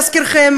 להזכירכם,